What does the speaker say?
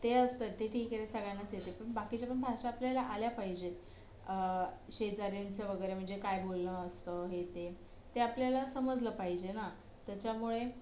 ते असतं ते ठीक आहे ते सगळ्यांनाच येते पण बाकीच्या पण भाषा आपल्याला आल्या पाहिजेत शेजाऱ्यांचे वगैरे म्हणजे काय बोलणं असतं हे ते ते आपल्याला समजलं पाहिजे ना त्याच्यामुळे